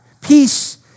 Peace